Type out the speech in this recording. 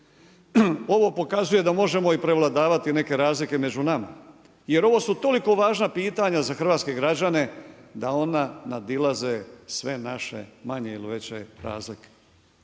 Ovo pokazuje da možemo i prevladavati neke razlike među nama jer ovo su toliko važna pitanja za hrvatske građane da ona nadilaze sve naše manje ili veće razlike.